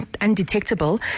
undetectable